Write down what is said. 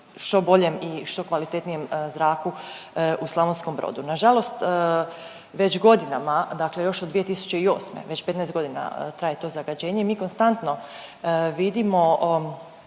što boljem i što kvalitetnijem zraku u Slavonskom Brodu. Nažalost, već godinama, dakle još od 2008., već 15.g. traje to zagađenje, mi konstantno vidimo